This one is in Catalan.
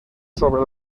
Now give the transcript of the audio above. sobre